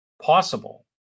possible